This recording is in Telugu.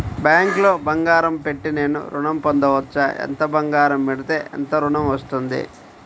బ్యాంక్లో బంగారం పెట్టి నేను ఋణం పొందవచ్చా? ఎంత బంగారం పెడితే ఎంత ఋణం వస్తుంది?